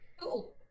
Cool